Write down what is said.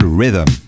rhythm